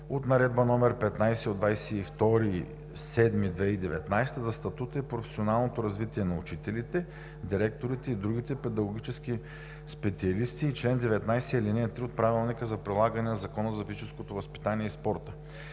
от Наредба № 15 от 22 юли 2019 г. за статута и професионалното развитие на учителите, директорите и другите педагогически специалисти и чл. 19, ал. 3 от Правилника за прилагане на Закона за физическото възпитание и спорта.